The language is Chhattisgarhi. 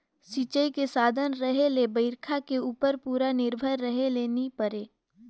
सिंचई के साधन रहें ले बइरखा के उप्पर पूरा निरभर रहे ले नई परे